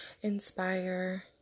inspire